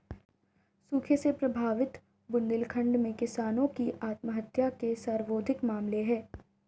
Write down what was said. सूखे से प्रभावित बुंदेलखंड में किसानों की आत्महत्या के सर्वाधिक मामले है